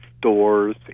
stores